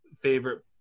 favorite